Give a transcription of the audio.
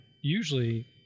usually